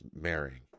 marrying